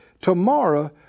Tomorrow